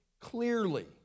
clearly